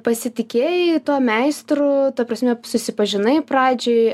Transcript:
pasitikėjai tuo meistru ta prasme susipažinai pradžiai